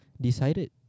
decided